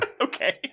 okay